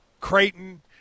Creighton